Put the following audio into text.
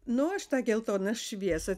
nu aš tą geltoną šviesą